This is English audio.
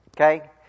Okay